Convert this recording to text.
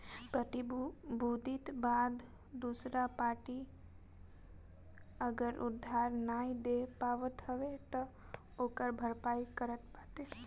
प्रतिभूति बांड दूसर पार्टी अगर उधार नाइ दे पावत हवे तअ ओकर भरपाई करत बाटे